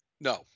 No